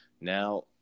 Now